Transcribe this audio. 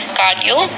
cardio